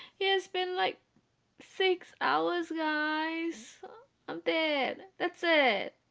it's been like six hours guys abed that's it.